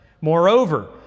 Moreover